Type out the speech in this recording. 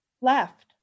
left